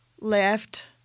left